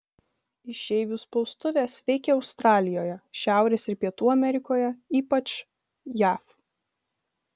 išeivių spaustuvės veikė australijoje šiaurės ir pietų amerikoje ypač jav